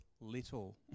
little